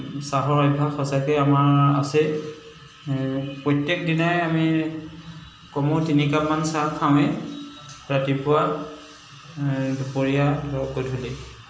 চাহৰ অভ্যাস সঁচাকেই আমাৰ আছে প্ৰত্যেক দিনাই আমি কমেও তিনি কাপমান চাহ খাৱেই ৰাতিপুৱা দুপৰীয়া আৰু গধূলি